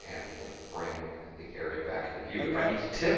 and we can bring the area back into view if i need to tip,